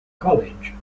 college